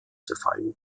zerfallen